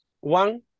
one